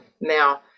Now